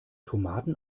tomaten